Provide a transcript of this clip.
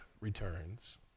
returns